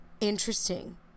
Interesting